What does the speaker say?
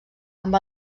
amb